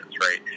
right